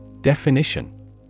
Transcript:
Definition